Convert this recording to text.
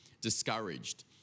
discouraged